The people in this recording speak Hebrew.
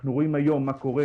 אנחנו רואים היום מה קורה